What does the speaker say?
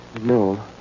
No